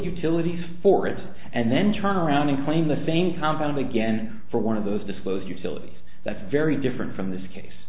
utility for it and then turn around and claim the same compound again for one of those disclosed utilities that's very different from this case